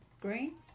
green